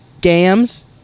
Gams